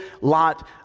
lot